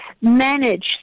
manage